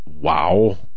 Wow